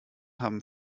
haben